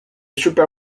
super